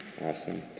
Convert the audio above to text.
Awesome